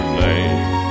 name